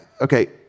Okay